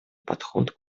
подход